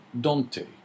Dante